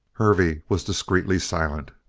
hervey was discreetly silent.